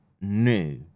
new